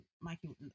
mikey